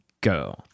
go